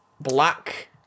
Black